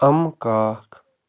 اَمہٕ کاکھ